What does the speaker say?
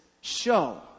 show